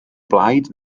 blaid